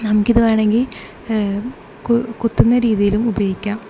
നമുക്കിതു വേണമെങ്കിൽ കു കുത്തുന്ന രീതിയിലും ഉപയോഗിക്കാം